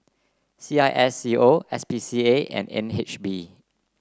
C I S C O S P C A and N H B